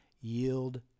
yield